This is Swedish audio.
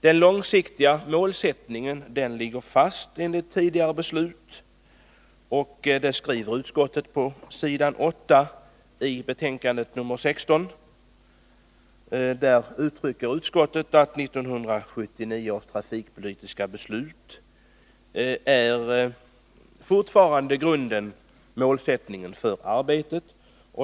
Den långsiktiga målsättningen ligger fast enligt tidigare beslut — det skriver utskottet på s. 8 i sitt betänkande nr 16. Där uttrycker utskottet att 1979 års trafikpolitiska beslut fortfarande är grunden och målsättningen för arbetet.